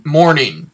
morning